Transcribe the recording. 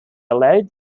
allowed